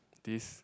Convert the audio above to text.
this